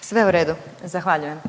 Sve u redu. Zahvaljujem.